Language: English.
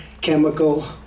chemical